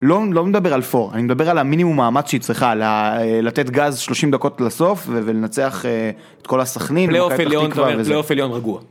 אני לא מדבר על פור, אני מדבר על המינימום מאמץ שהיא צריכה, על לתת גז 30 דקות לסוף ולנצח את כל הסח׳נין והפתח תקווה וזה. … להיות רגוע